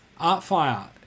artfire